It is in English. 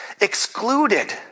excluded